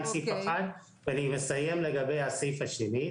ביחס לסעיף השני,